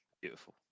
Beautiful